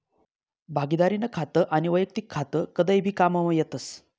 भागिदारीनं खातं आनी वैयक्तिक खातं कदय भी काममा येतस